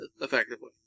effectively